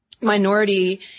minority